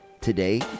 today